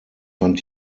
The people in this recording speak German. fand